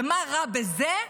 ומה רע בזה?